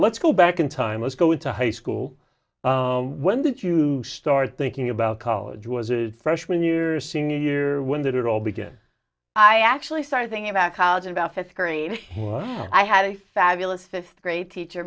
let's go back in time let's go into high school when that you start thinking about college was a freshman you're a senior year when did it all began i actually started thinking about college about fifth grade i had a fabulous fifth grade teacher